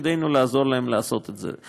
ותפקידנו לעזור להן לעשות את זה.